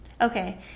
Okay